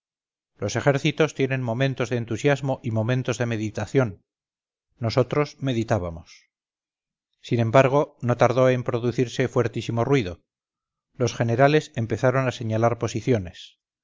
los ejércitos tienen momentos de entusiasmo y momentos de meditación nosotros meditábamos sin embargo no tardó en producirse fuertísimo ruido los generales empezaron a señalar posiciones